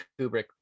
Kubrick